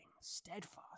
steadfast